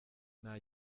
nta